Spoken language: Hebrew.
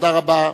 תודה רבה.